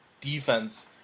defense